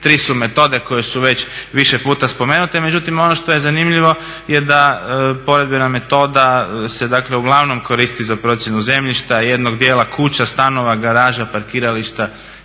Tri su metode koje su već više puta spomenute, međutim ono što je zanimljivo je da poredbena metoda se uglavnom koristi za procjenu zemljišta i jednog dijela kuća, stanova, garaža, parkirališta